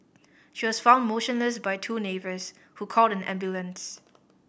she was found motionless by two neighbours who called an ambulance